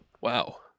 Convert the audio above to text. Wow